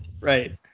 Right